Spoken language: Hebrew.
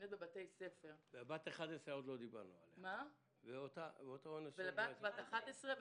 עוד לא דיברנו על בת ה-11.